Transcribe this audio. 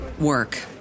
work